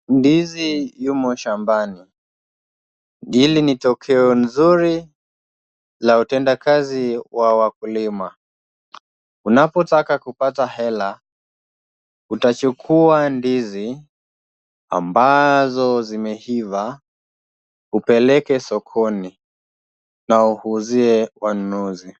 Ndizi limo shambani. Hili ni tokeo nzuri la utendakazi wa wakulima. Unapotaka kupata hela, utachukua ndizi ambazo zimeiva, upeleke sokoni na uuzie wanunuzi.